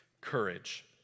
Courage